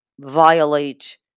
violate